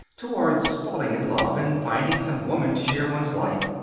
towards falling in love and finding some woman to share one's life.